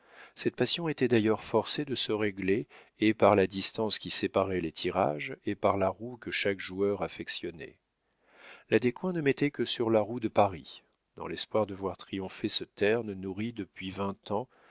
cette passion était d'ailleurs forcée de se régler et par la distance qui séparait les tirages et par la roue que chaque joueur affectionnait la descoings ne mettait que sur la roue de paris dans l'espoir de voir triompher ce terne nourri depuis vingt ans